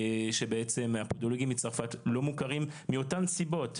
פודולוגים מצרפת לא מוכרים מאותן סיבות,